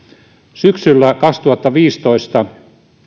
syksyllä kaksituhattaviisitoista